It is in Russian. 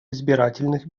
избирательных